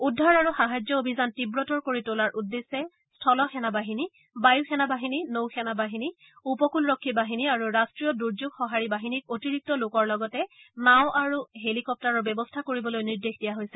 উদ্ধাৰ আৰু সাহায্য অভিযান তীব্ৰতৰ কৰি তোলাৰ উদ্দেশ্যে স্থলসেনাবাহিনী বায়ুসেনাবাহিনী নৌ সেনাবাহিনী উপকু লৰক্ষী বাহিনী আৰু ৰাষ্ট্ৰীয় দুৰ্যোগ সহাৰি বাহিনীক অতিৰিক্ত লোকৰ লগতে নাওঁ আৰু হেলিকপ্টাৰৰ ব্যৱস্থা কৰিবলৈ নিৰ্দেশ দিয়া হৈছে